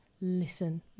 listen